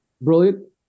Brilliant